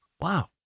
Wow